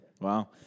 wow